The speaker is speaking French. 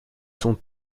sont